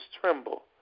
tremble